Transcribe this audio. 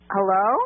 Hello